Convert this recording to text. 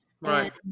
right